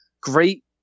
great